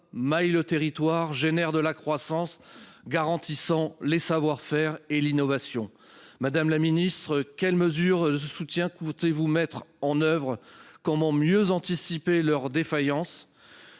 maillent le territoire, génèrent de la croissance, garantissant les savoir-faire et l'innovation. Madame la Ministre, quelles mesures de soutien comptez-vous mettre en œuvre ? Comment mieux anticiper leur défaillance ?